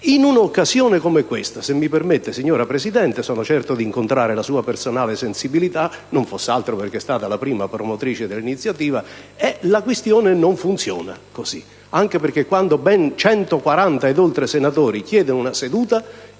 in un'occasione come questa, se mi permette, signora Presidente (e sono certo di incontrare la sua personale sensibilità, non foss'altro perché è stata la prima promotrice dell'iniziativa), la questione non funziona così. Anche perché quando ben 140 e più senatori chiedono una seduta,